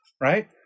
Right